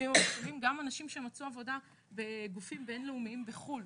גם אנשים שמצאו עבודה בגופים בינלאומיים בחו"ל.